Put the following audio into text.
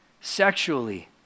sexually